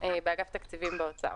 באגף תקציבים באוצר.